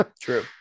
True